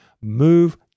move